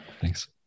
Thanks